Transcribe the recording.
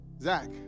Zach